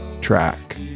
track